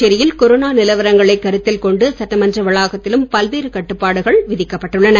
புதுச்சேரி யில் கொரோனா நிலவரங்களைக் கருத்தில் கொண்டு சட்டமன்ற வளாகத்திலும் பல்வேறு கட்டுப்பாடுகள் விதிக்கப்பட்டுள்ளன